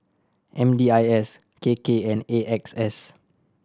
M D I S K K and A X S